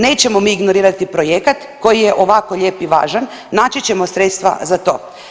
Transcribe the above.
Nećemo mi ignorirati projekat koji je ovako lijep i važan, naći ćemo sredstva za to.